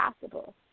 possible